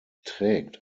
trägt